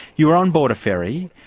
you were on board a ferry,